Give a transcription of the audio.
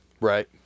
Right